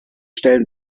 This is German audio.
stellen